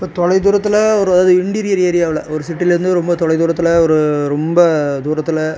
இப்போ தொலைதூரத்தில் ஒரு அதாவது இன்டிரியர் ஏரியாவில் ஒரு சிட்டியில் இருந்து ரொம்ப தொலைதூரத்தில் ஒரு ரொம்ப தூரத்தில்